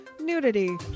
nudity